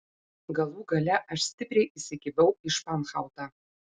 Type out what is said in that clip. galų gale aš stipriai įsikibau į španhautą